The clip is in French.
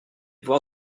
voir